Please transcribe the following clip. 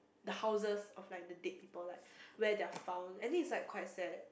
the houses of like the dead people like where they are found I think it's like quite sad